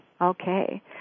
Okay